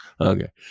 Okay